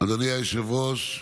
אדוני היושב-ראש,